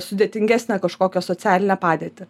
sudėtingesnę kažkokią socialinę padėtį